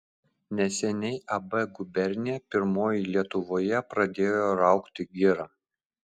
neseniai ab gubernija pirmoji lietuvoje pradėjo raugti girą